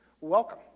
Welcome